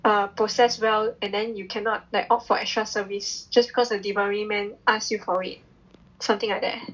err process well and then you cannot like opt for extra service just because the delivery man ask you for it something like that